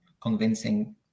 convincing